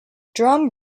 drum